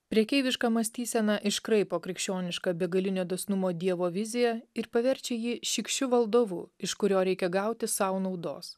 prekeiviška mąstysena iškraipo krikščionišką begalinio dosnumo dievo viziją ir paverčia jį šykščiu valdovu iš kurio reikia gauti sau naudos